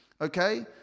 okay